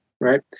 right